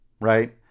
right